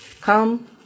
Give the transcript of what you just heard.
come